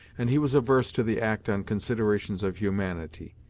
and he was averse to the act on considerations of humanity.